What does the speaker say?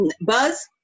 Buzz